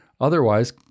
Otherwise